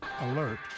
Alert